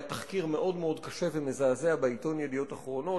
היה תחקיר מאוד קשה ומזעזע בעיתון "ידיעות אחרונות",